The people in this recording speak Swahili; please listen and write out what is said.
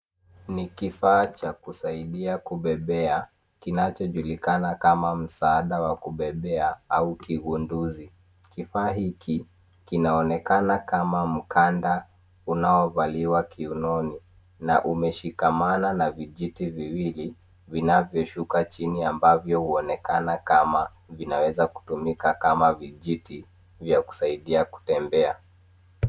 Ni kifaa cha kusaidia kubebea, kinachojulikana kama msaada wa kubebea, au kigunduzi. Kifaa hiki, kinaonekana kama mkanda unaovaliwa kiunoni, na umeshikamana na vijiti viwili, vinavyoshuka chini, ambavyo huonekana kama vinaweza kutumika kama vijiti vya kusaidia kutembea.